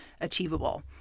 achievable